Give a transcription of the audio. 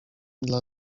dla